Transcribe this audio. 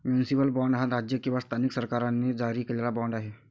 municipal bond हा राज्य किंवा स्थानिक सरकारांनी जारी केलेला बाँड आहे